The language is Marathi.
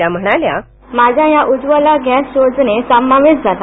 त्या म्हणाल्या ध्वनी माझा या उज्ज्वला गॅस योजनेत समावेश झाला